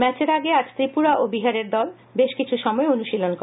ম্যাচের আগে আজ ত্রিপুরা ও বিহারের দল দুটি বেশ কিছু সময় অনুশীলন করে